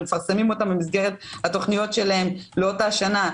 מפרסמים אותם במסגרת התוכניות שלהם לאותה שנה,